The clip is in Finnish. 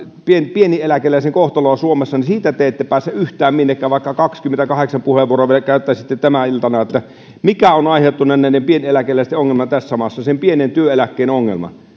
pieneläkeläisen kohtaloa suomessa niin siitä te ette pääse yhtään minnekään vaikka kaksikymmentäkahdeksan puheenvuoroa vielä käyttäisitte tänä iltana mikä on aiheuttanut näiden pieneläkeläisten ongelman tässä maassa sen pienen työeläkkeen ongelman